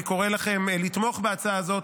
אני קורא לכם לתמוך בהצעה הזאת.